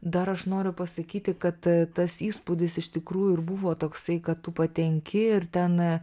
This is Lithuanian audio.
dar aš noriu pasakyti kad tas įspūdis iš tikrųjų ir buvo toksai kad tu patenki ir ten